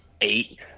eight